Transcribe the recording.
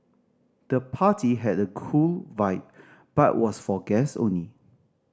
the party had a cool vibe but was for guests only